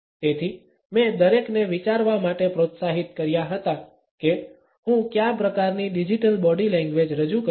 તેથી મેં દરેકને વિચારવા માટે પ્રોત્સાહિત કર્યા હતા કે હું કયા પ્રકારની ડિજિટલ બોડી લેંગ્વેજ રજૂ કરું છું